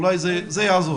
אולי זה יעזור.